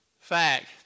fact